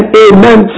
amen